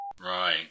Right